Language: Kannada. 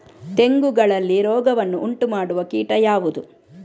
ತೆಂಗುಗಳಲ್ಲಿ ರೋಗವನ್ನು ಉಂಟುಮಾಡುವ ಕೀಟ ಯಾವುದು?